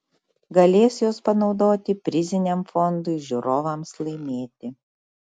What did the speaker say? galės juos panaudoti priziniam fondui žiūrovams laimėti